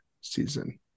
season